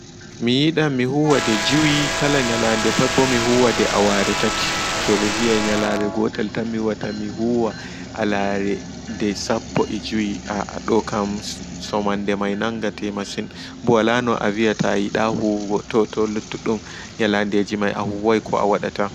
Mi yiɗan mi huwa nɗe jui kala nyalanɗe pat ɓo mi huwa nɗe awa re tati ɗou ɓe wi'a nyalaaɗe gotel tan mi huwata mi huwa aware sappo e' jui ɗokam somanɗe nanga tam masin ɓo walano a wi'a ta a yiɗa huwugo ɗokam nyalemai ko a huwata.